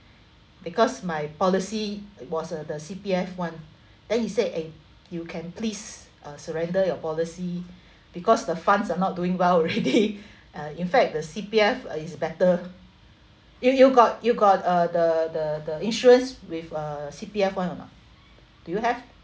because my policy was a the C_P_F [one] then he said eh you can please uh surrender your policy because the funds are not doing well already uh in fact the C_P_F uh it's better if you got you got uh the the the insurance with uh C_P_F [one] or not do you have